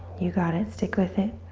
you got it. stick with it.